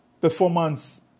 performance